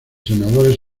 senadores